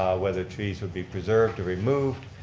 whether trees would be preserved or removed,